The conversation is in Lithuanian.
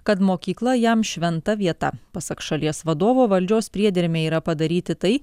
kad mokykla jam šventa vieta pasak šalies vadovo valdžios priedermė yra padaryti tai